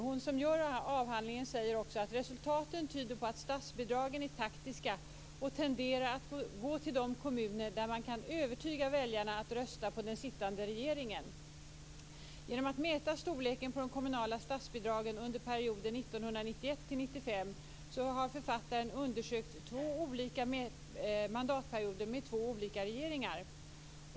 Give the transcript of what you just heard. Hon som skrivit avhandlingen säger också att resultaten tyder på att statsbidragen är taktiska och tenderar att gå till de kommuner där man kan övertyga väljarna att rösta på den sittande regeringen. Genom att mäta storleken på de kommunala statsbidragen under perioden 1991-1995 har författaren undersökt två olika mandatperioder med två olika regeringar.